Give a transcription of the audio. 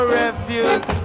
refuge